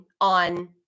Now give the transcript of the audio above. on